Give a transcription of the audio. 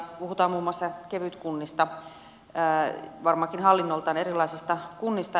puhutaan muun muassa kevytkunnista varmaankin hallinnoltaan erilaisista kunnista